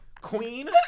queen